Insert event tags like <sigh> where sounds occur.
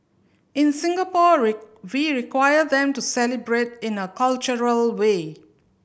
in Singapore <unintelligible> we require them to celebrate in a cultural way